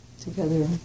together